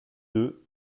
deux